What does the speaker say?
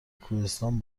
کوهستان